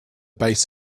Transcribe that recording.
base